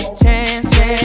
chance